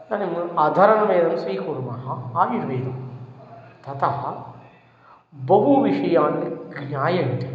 इदानीम् अथर्वणवेदं स्वीकुर्मः आयुर्वेदं तथा बहुविषयाणि ज्ञायन्ते